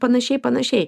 panašiai panašiai